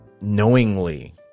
knowingly